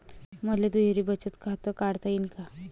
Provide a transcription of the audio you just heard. मले दुहेरी बचत खातं काढता येईन का?